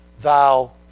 Thou